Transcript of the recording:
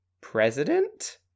president